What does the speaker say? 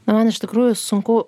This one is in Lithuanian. na man iš tikrųjų sunku